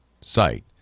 site